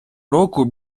року